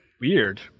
Weird